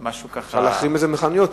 אפשר להחרים את זה מהחנויות.